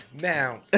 Now